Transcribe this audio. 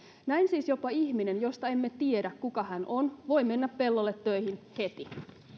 näin siis jopa ihminen josta emme tiedä kuka hän on voi mennä pellolle töihin heti